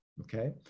okay